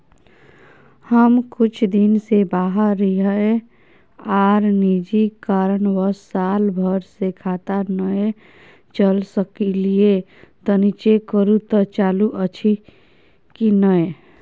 हम कुछ दिन से बाहर रहिये आर निजी कारणवश साल भर से खाता नय चले सकलियै तनि चेक करू त चालू अछि कि नय?